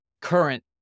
current